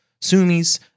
Sumis